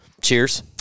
Cheers